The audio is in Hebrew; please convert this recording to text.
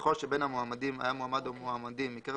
ככל שבין המועמדים היה מועמד או מועמדים מקרב